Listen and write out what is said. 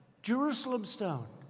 jerusalem stone.